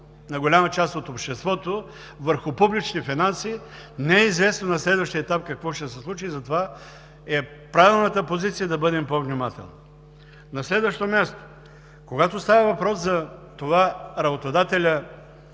на голяма част от обществото върху публичните финанси, не е известно на следващия етап какво ще се случи. Затова правилната позиция е да бъдем по-внимателни. На следващо място, когато става въпрос за това работодателят